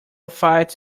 fights